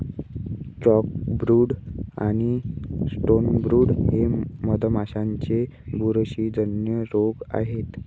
chalkbrood आणि stonebrood हे मधमाशांचे बुरशीजन्य रोग आहेत